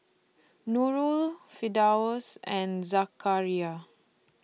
Nurul Firdaus and Zakaria